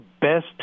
best